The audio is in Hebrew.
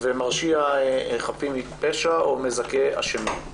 ומרשיע חפים מפשע או מזכה אשמים.